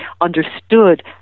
understood